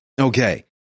Okay